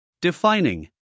Defining